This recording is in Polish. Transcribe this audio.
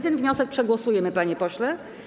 Ten wniosek przegłosujemy, panie pośle.